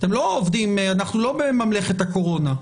אנחנו לא בממלכת הקורונה,